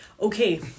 Okay